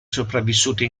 sopravvissuti